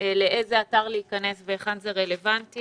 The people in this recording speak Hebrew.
לאיזה אתר להיכנס והיכן זה רלוונטי.